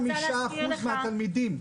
25% מהתלמידים.